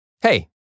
Hey